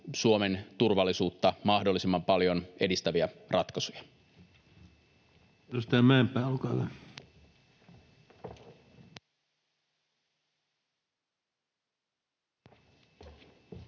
Suomen turvallisuutta mahdollisimman paljon edistäviä ratkaisuja.